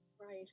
Right